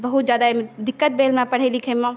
बहुत जादा दिक्कत भेल हमरा पढ़ै लिखैमे